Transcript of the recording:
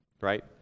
Right